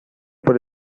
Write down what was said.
por